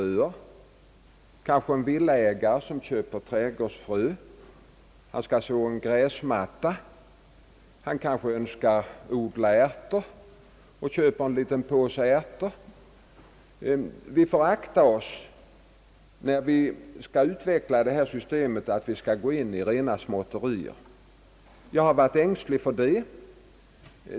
Det gäller kanske en villaägare, som vill köpa trädgårdsfrö därför att han skall så en gräsmatta. Han önskar kanske också odla ärtor och köper en liten påse ärtor. Vi får akta oss, när detta system skall utvecklas, för att gå in i rena småtterier — jag har varit litet ängslig för detta.